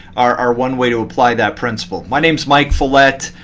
are are one way to apply that principle. my name is mike follett.